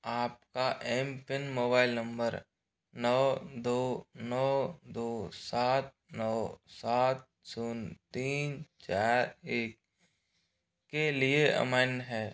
आप का M PIN mobile number नौ दो नौ दो सात नौ सात शून्य तीन चार एक के लिए अमान्य है